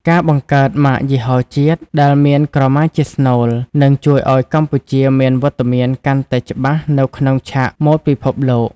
ការបង្កើត ម៉ាកយីហោជាតិ ដែលមានក្រមាជាស្នូល នឹងជួយឲ្យកម្ពុជាមានវត្តមានកាន់តែច្បាស់នៅក្នុងឆាកម៉ូដពិភពលោក។